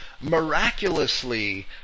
miraculously